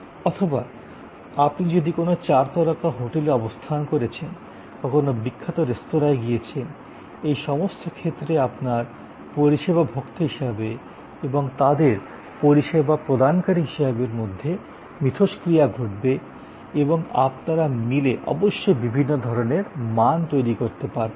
অথবা আপনি যদি কোন চার তারকা হোটেলে অবস্থান করেছেন বা কোনও বিখ্যাত রেস্তোরাঁয় গিয়েছেন এই সমস্ত ক্ষেত্রে আপনার পরিষেবা ভোক্তা হিসাবে এবং তাদের পরিষেবা প্রদানকারী হিসাবে মধ্যে মিথষ্ক্রিয়া ঘটবে এবং আপনারা মিলে অবশ্যই বিভিন্ন ধরণের মান তৈরি করতে পারবেন